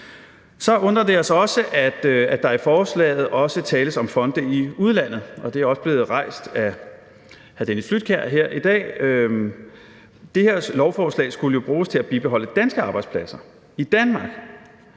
Så undrer det os også, at der i forslaget også tales om fonde i udlandet, og det er også blevet rejst af hr. Dennis Flydtkjær her i dag. Det her lovforslag skulle jo bruges til at bibeholde danske arbejdspladser i Danmark,